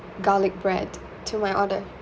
garlic bread to my order